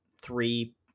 three